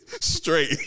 straight